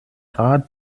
rat